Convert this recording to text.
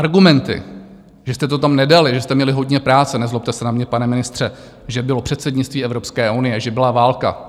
Argumenty, že jste to tam nedali, že jste měli hodně práce nezlobte se na mě, pane ministře že bylo předsednictví Evropské unie a že byla válka...